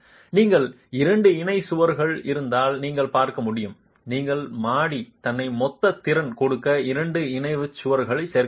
நீங்கள் இரண்டு இணை சுவர்கள் இருந்தால் நீங்கள் பார்க்க முடியும் நீங்கள் மாடி தன்னை மொத்த திறன் கொடுக்க இரண்டு இணை சுவர்கள் சேர்க்க முடியும்